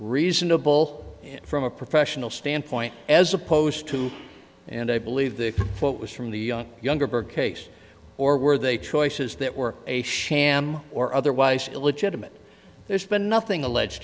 reasonable from a professional standpoint as opposed to and i believe the quote was from the younger berg case or were they choices that were a sham or otherwise illegitimate there's been nothing alleged